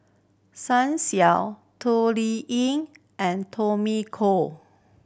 Xiao Toh Liying and Tommy Koh